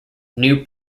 new